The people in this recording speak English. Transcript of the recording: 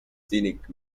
scenic